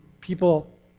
People